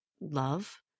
love